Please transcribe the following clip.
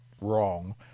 wrong